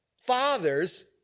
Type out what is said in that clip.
fathers